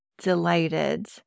delighted